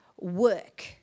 work